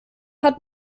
hat